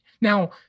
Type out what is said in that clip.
Now